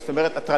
הטרדה מינית,